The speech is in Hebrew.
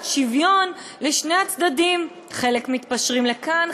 שוויון לשני הצדדים: חלק מתפשרים לכאן,